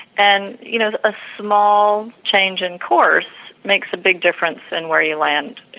and you know, a small change in course makes a big difference in where you land, you